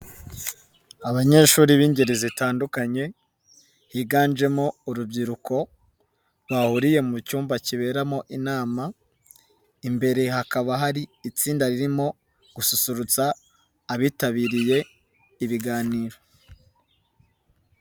Abanyeshuri b'ingeri zitandukanye biganjemo urubyiruko bahuriye mu cyumba kiberamo inama, imbere hakaba hari itsinda ririmo gususurutsa abitabiriye ibiganiro.